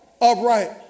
upright